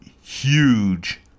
huge